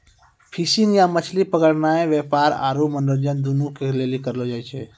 fishing या मछली पकड़नाय व्यापार आरु मनोरंजन दुनू के लेली करलो जाय छै